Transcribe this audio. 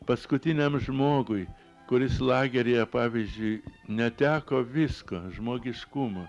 paskutiniam žmogui kuris lageryje pavyzdžiui neteko visko žmogiškumo